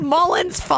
Mullins